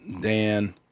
Dan